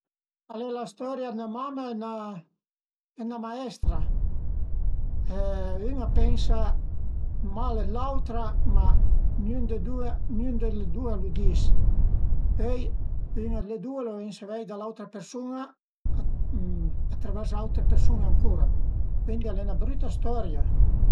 a m'pias marcé, a m'pias lezi cuai liber, dë saggi, a m'pias scuté ën po dë müzica muderna, legera, ma pa trop cula muderna perché al e nüiuza e pöi a m'pias specialment cuand la stagiun a lu permet d'andé ën l'ort a cuntrulé se le roba a chërsu